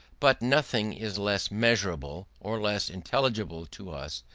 but nothing is less measurable, or less intelligible to us,